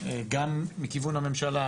גם מכיוון הממשלה,